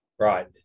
Right